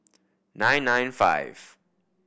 nine nine five